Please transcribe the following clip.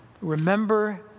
remember